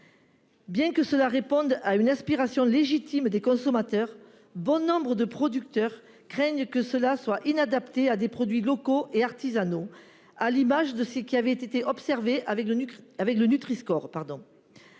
Bien que ce dispositif réponde à une aspiration légitime des consommateurs, bon nombre de producteurs craignent qu'il ne soit inadapté à des produits locaux et artisanaux, à l'instar de ce qui avait été observé avec le Nutri-score.